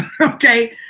okay